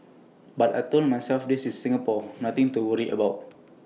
but I Told myself this is Singapore nothing to worry about